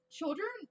children